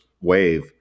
wave